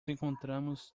encontramos